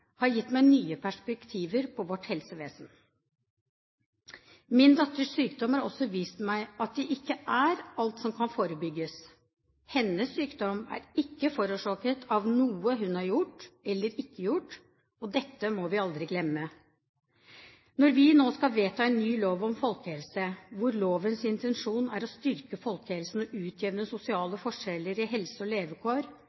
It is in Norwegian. har gitt meg nye perspektiver på vårt helsevesen. Min datters sykdom har også vist meg at det ikke er alt som kan forebygges. Hennes sykdom er ikke forårsaket av noe hun har gjort eller ikke gjort. Dette må vi aldri glemme. Når vi nå skal vedta en ny lov om folkehelse, hvor lovens intensjon er å styrke folkehelsen og utjevne